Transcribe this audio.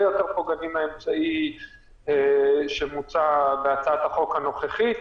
יותר פוגעני מהאמצעי שמוצע בהצעת החוק הנוכחית.